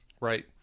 right